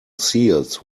seals